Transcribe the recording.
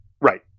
Right